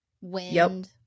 wind